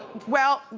well,